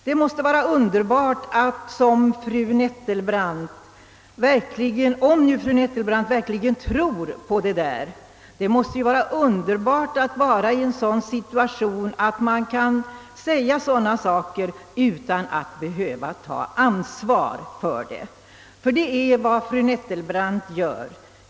Det måste vara underbart att som fru Nettelbrandt — om hon nu verkligen tror på detta — befinna Sig i situationen att kunna säga sådana saker utan att behöva ha ansvar för det. Ty det är vad fru Nettelbrandt gör.